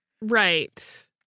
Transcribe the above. Right